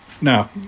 Now